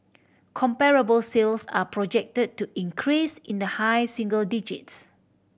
comparable sales are projected to increase in the high single digits